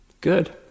good